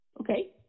Okay